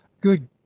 good